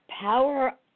power